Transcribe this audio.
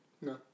No